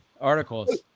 articles